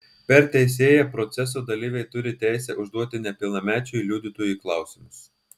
per teisėją proceso dalyviai turi teisę užduoti nepilnamečiui liudytojui klausimus